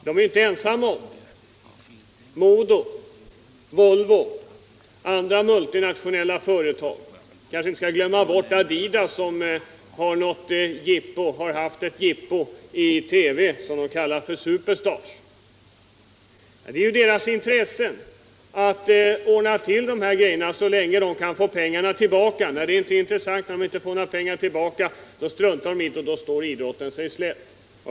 Det gäller också Modo, Volvo och en del andra multinationella företag, för att inte glömma Adidas, som stått bakom jippot Superstars i TV. Dessa företag har intressen inom idrotten så länge de får pengar tillbaka. När så inte längre är fallet står sig idrotten slätt.